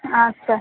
আচ্ছা